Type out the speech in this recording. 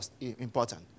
important